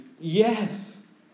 yes